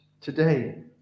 today